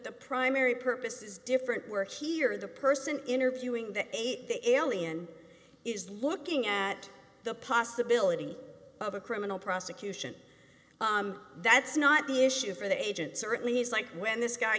the primary purpose is different where here the person interviewing the eight the alien is looking at the possibility of a criminal prosecution that's not the issue for the agent certainly it's like when this guy